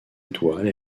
étoiles